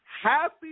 Happy